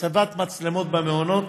הצבת מצלמות במעונות,